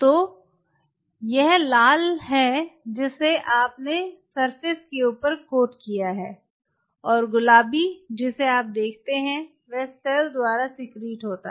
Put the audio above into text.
तो यह लाल है जिसे आपने सतह के ऊपर कोट किया है और गुलाबी जिसे आप देखते हैं वह सेल द्वारा सिक्रीट होता है